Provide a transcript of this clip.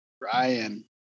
Ryan